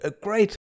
great